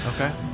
Okay